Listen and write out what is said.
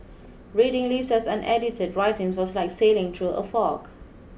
reading Lisa's unedited writings was like sailing through a fog